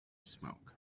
smoke